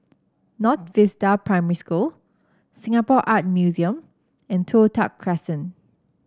North Vista Primary School Singapore Art Museum and Toh Tuck Crescent